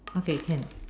okay can